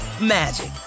magic